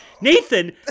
nathan